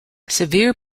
severe